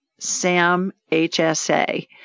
SAMHSA